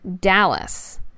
Dallas